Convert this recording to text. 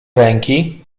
ręki